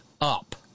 up